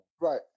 Right